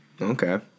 Okay